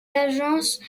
agences